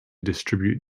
distribute